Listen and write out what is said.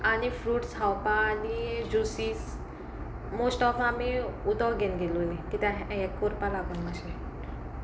आनी फ्रुट्स खावपा आनी ज्युसीस मोस्ट ऑफ आमी उदक घेवन गेलोलीं कित्याक हें कोरपा लागून मातशें